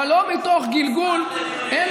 אבל לא מתוך גלגול, נשמח לדיון ענייני.